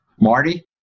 Marty